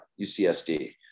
UCSD